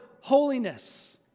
holiness